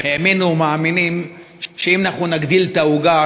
האמינו ומאמינים שאם אנחנו נגדיל את העוגה,